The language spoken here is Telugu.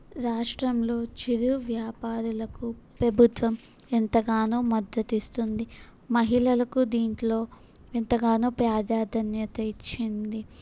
రాష్ట్రంలో చిరు వ్యాపారులకు ప్రభుత్వం ఎంతగానో మద్దతు ఇస్తుంది మహిళలకు దీంట్లో ఎంతగానో ప్రాధాన్యత ఇచ్చింది